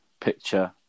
picture